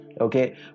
Okay